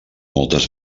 moltes